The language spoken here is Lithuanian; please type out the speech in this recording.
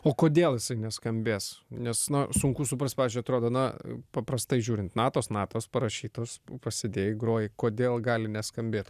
o kodėl jisai neskambės nes na sunku suprast pačią atrodo na paprastai žiūrint natos natos parašytos pasidėjai groji kodėl gali neskambėt